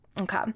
okay